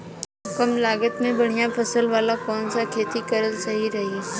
कमलागत मे बढ़िया फसल वाला कौन सा खेती करल सही रही?